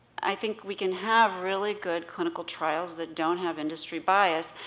i think we can have really good clinical trials that don't have industry bias,